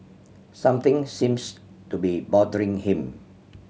something seems to be bothering him